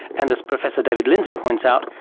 and as professor david lindsay points out,